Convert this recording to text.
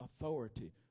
authority